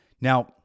Now